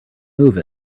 move